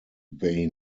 they